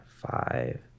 five